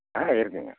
ஆ இருக்குங்க